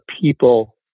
people